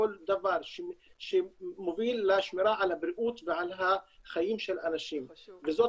כל דבר שמוביל לשמירה על הבריאות ועל החיים של אנשים וזאת